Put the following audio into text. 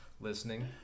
listening